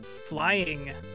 flying